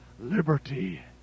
liberty